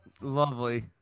lovely